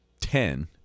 ten